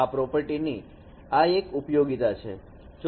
આ પ્રોપર્ટી ની આ એક ઉપયોગિતા છે